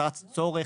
צץ צורך,